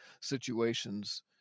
situations